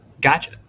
Gotcha